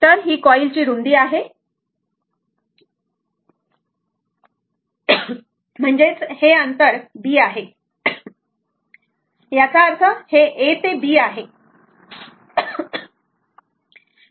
तर ही कॉईल ची रुंदी आहे म्हणजेच हे अंतर B आहे याचा अर्थ हे A ते B आहे बरोबर